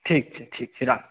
ठीक छै ठीक छै राखू